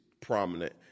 prominent